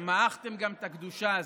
אתם מעכתם גם את הקדושה הזאת,